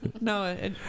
No